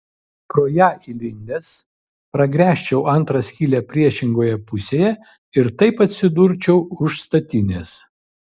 pro ją įlindęs pragręžčiau antrą skylę priešingoje pusėje ir taip atsidurčiau už statinės